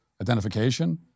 identification